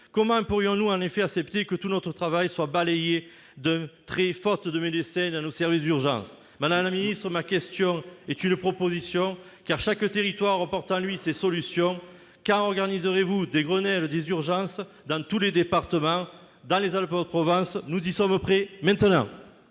Comment pourrions-nous accepter que tout notre travail soit balayé d'un trait faute de médecins dans nos services d'urgence ? Madame la ministre, ma question est une proposition, car chaque territoire porte en lui ses solutions : quand organiserez-vous des Grenelles des urgences dans tous les départements ? Dans les Alpes-de-Haute-Provence, nous y sommes prêts maintenant